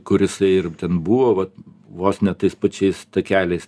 kur jisai ir ten buvo vat vos ne tais pačiais takeliais